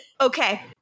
Okay